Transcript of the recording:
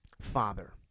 Father